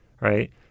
right